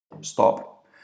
stop